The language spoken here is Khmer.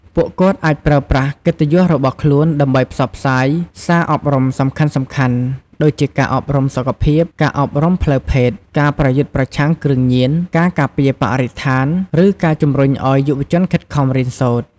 ពួកគាត់អាចប្រើប្រាស់កិត្តិយសរបស់ខ្លួនដើម្បីផ្សព្វផ្សាយសារអប់រំសំខាន់ៗ ដូចជាការអប់រំសុខភាព ការអប់រំផ្លូវភេទ ការប្រយុទ្ធប្រឆាំងគ្រឿងញៀន ការការពារបរិស្ថាន ឬការជំរុញឱ្យយុវជនខិតខំរៀនសូត្រ។